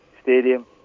stadium